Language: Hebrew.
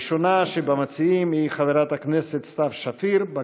הראשונה שבמציעים היא חברת הכנסת סתיו שפיר.